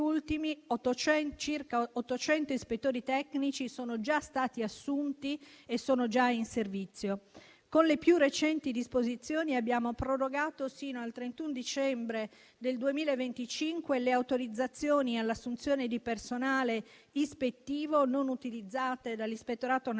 circa 800 ispettori tecnici sono già stati assunti e sono già in servizio. Con le più recenti disposizioni, abbiamo prorogato sino al 31 dicembre 2025 le autorizzazioni all'assunzione di personale ispettivo non utilizzate dall'Ispettorato nazionale